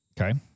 Okay